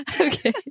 Okay